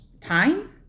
time